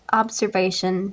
observation